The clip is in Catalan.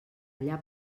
allà